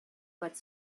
got